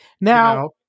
Now